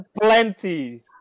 Plenty